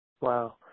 Wow